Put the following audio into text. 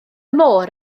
môr